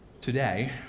today